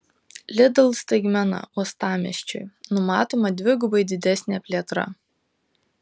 lidl staigmena uostamiesčiui numatoma dvigubai didesnė plėtra